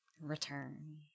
Return